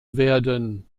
werden